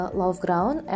loveground